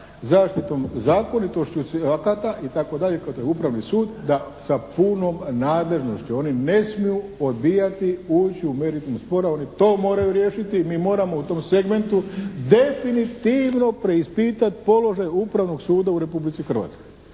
zaštitom, zakonitošću akata itd., upravi sud, da sa punom nadležnošću, oni ne smiju odbijati, ući u meritum spora, oni to moraju riješiti. Mi moramo u tom segmentu definitivno preispitati položaj Upravnog suda u Republici Hrvatskoj